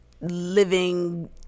living